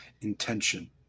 intention